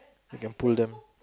they can pull them